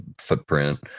footprint